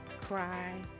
cry